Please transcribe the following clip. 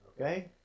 Okay